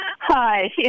Hi